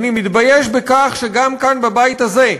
אני מתבייש בכך שגם כאן, בבית הזה,